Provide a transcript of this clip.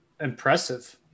impressive